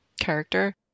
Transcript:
character